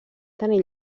tenir